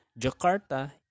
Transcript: Jakarta